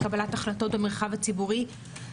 וקבלת החלטות במרחב הציבורי.